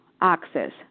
access